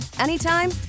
anytime